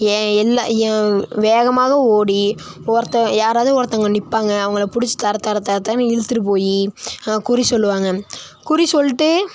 என் எல்லைல வேகமாக ஓடி ஒருத்த யாராவது ஒருத்தவங்க நிற்பாங்க அவங்கள பிடிச்சி தர தர தர தரன்னு இழுத்துரு போய் குறி சொல்லுவாங்க குறி சொல்லிட்டு